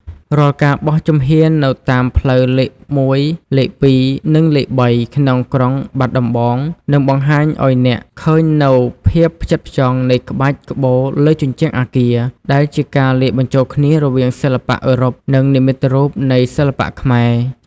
រាល់ការបោះជំហាននៅតាមផ្លូវលេខ ១ លេខ ២ និងលេខ ៣ ក្នុងក្រុងបាត់ដំបង នឹងបង្ហាញឱ្យអ្នកឃើញនូវភាពផ្ចិតផ្ចង់នៃក្បាច់ក្បូរលើជញ្ជាំងអគារ ដែលជាការលាយបញ្ចូលគ្នារវាងសិល្បៈអឺរ៉ុប និងនិមិត្តរូបនៃសិល្បៈខ្មែរ។